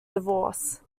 divorce